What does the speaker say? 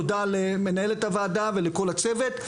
תודה למנהלת הוועדה ולכל הצוות,